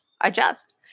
adjust